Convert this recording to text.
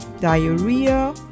diarrhea